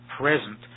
present